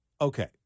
okay